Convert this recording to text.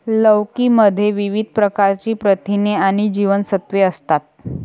लौकी मध्ये विविध प्रकारची प्रथिने आणि जीवनसत्त्वे असतात